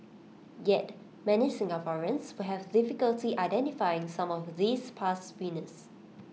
yet many Singaporeans will have difficulty identifying some of these past winners